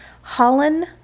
Holland